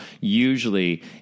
usually